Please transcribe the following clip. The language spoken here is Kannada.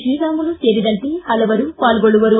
ಶ್ರೀರಾಮುಲು ಸೇರಿದಂತೆ ಹಲವರು ಪಾಲ್ಗೊಳ್ಳುವರು